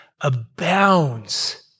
abounds